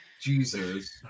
jesus